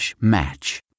match